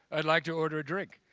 i'd like to order a drink.